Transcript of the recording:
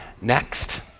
next